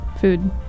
food